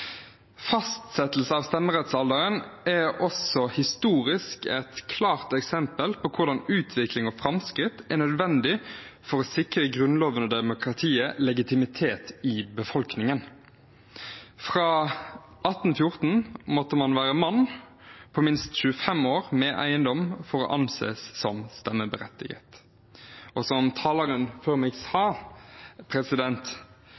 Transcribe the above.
Fastsettelse av stemmerettsalderen er også historisk et klart eksempel på hvordan utvikling og framskritt er nødvendig for å sikre Grunnloven og demokratiet legitimitet i befolkningen. Fra 1814 måtte man være en mann på minst 25 år med eiendom for å anses som stemmeberettiget. Som taleren før meg sa,